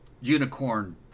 Unicorn